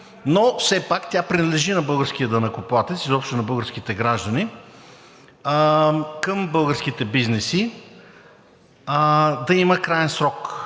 но все пак тя принадлежи на българския данъкоплатец и изобщо на българските граждани – към българските бизнеси, да има краен срок.